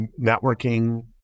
networking